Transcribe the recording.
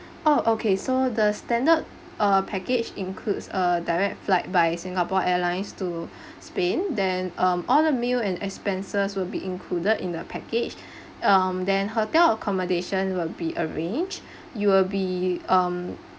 oh okay so the standard uh package includes a direct flight by singapore airlines to spain then um all the meal and expenses will be included in the package um then hotel accommodation will be arranged you will be um